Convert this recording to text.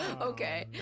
okay